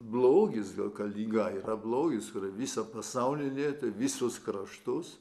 blogis gal ka liga yra blogis kur visą pasaulį lietė visus kraštus